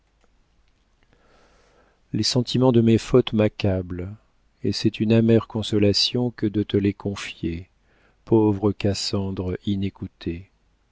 le sentiment de mes fautes m'accable et c'est une amère consolation que de te les confier pauvre cassandre